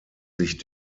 sich